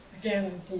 again